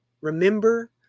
remember